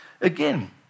Again